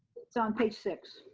so on page six.